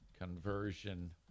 Conversion